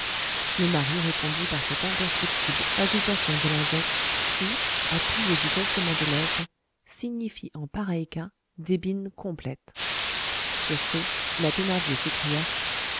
le mari répondit par cette imperceptible agitation de l'index qui appuyée du gonflement des lèvres signifie en pareil cas débine complète sur ce la thénardier s'écria